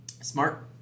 Smart